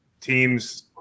team's